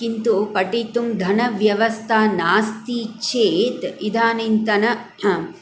किन्तु पठितुं धनव्यवस्था नास्ति चेत् इदानीन्तन